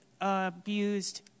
abused